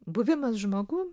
buvimas žmogum